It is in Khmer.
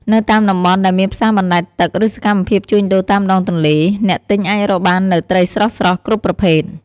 នៅតាមតំបន់ដែលមានផ្សារបណ្តែតទឹក ឬសកម្មភាពជួញដូរតាមដងទន្លេ អ្នកទិញអាចរកបាននូវ ត្រីស្រស់ៗ គ្រប់ប្រភេទ។